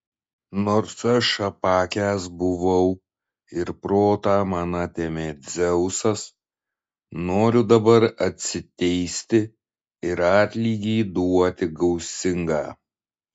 nors aš apakęs buvau ir protą man atėmė dzeusas noriu dabar atsiteisti ir atlygį duoti gausingą